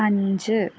അഞ്ച്